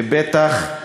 ובטח,